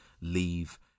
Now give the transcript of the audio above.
leave